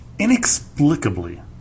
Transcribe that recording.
Inexplicably